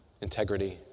integrity